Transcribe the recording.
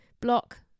block